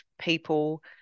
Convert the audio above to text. people